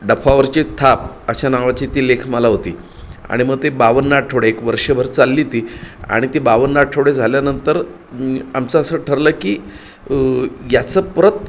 डफावरची थाप अशा नावाची ती लेखमाला होती आणि मग ते बावन्न आठवडे एक वर्षभर चालली ती आणि ती बावन्न आठवडे झाल्यानंतर आमचं असं ठरलं की याचं परत